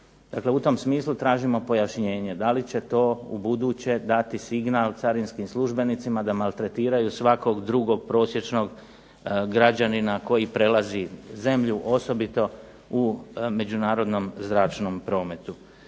Dakle u tom smislu tražimo pojašnjenje, da li će to ubuduće dati signal carinskim službenicima da maltretiraju svakog drugog prosječnog građanina koji prelazi zemlju, osobito u međunarodnom zračnom prometu.